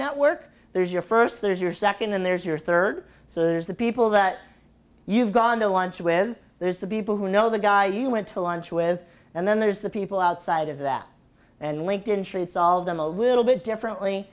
network there's your first there's your second and there's your third so there's the people that you've gone to lunch with there's the people who know the guy you went to lunch with and then there's the people outside of that and linked in treats all of them a little bit differently